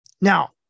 Now